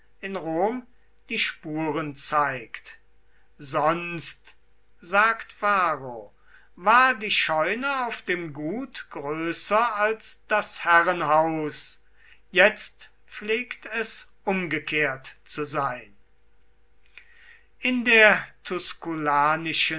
in rom die spuren zeigt sonst sagt varro war die scheune auf dem gut größer als das herrenhaus jetzt pflegt es umgekehrt zu sein in der